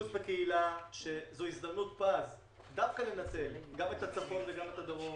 בקהילה זאת הזדמנות פז לנצל דווקא גם את הצפון וגם את הדרום.